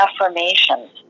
affirmations